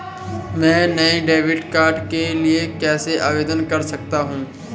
मैं नए debit card के लिए कैसे आवेदन कर सकता हूँ?